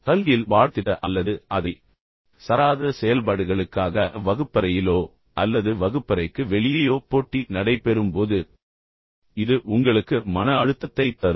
கல்வியில் பாடத்திட்ட அல்லது அதை சாராத செயல்பாடுகளுக்காக வகுப்பறையிலோ அல்லது வகுப்பறைக்கு வெளியேயோ போட்டி நடைபெறும் போது இது உங்களுக்கு மன அழுத்தத்தைத் தரும்